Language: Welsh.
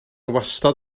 wastad